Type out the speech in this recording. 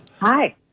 Hi